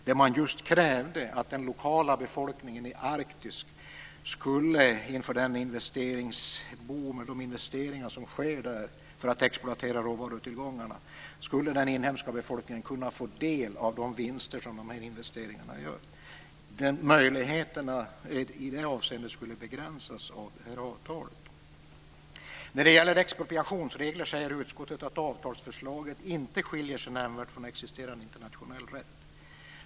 Där krävde man just, inför de investeringar som sker där för att exploatera råvarutillgångarna, att den lokala befolkningen i Arktis skulle kunna få del av de vinster som de här investeringarna ger. Möjligheterna i det avseendet skulle begränsas av det här avtalet. När det gäller expropriationsregler säger utskottet att avtalsförslaget inte skiljer sig nämnvärt från existerande internationell rätt.